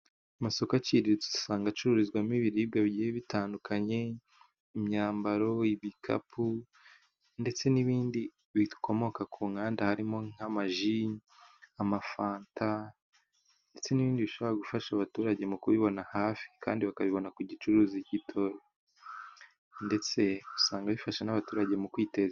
Amasoko aciriritse usanga acururizwamo ibiribwa bigiye bitandukanye, imyambaro, ibikapu ndetse n'ibindi bikomoka ku nganda, harimo nk'amaji amafanta, ndetse n'ibindi bishobora gufasha abaturage mu kubibona hafi kandi bakabibona ku giciro gitoya. Ndetse usanga bifasha n'abaturage mu kwiteza..